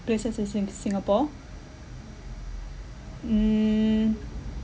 places in sing~ singapore mm